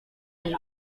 nic